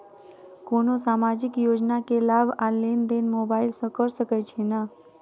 कोनो सामाजिक योजना केँ लाभ आ लेनदेन मोबाइल सँ कैर सकै छिःना?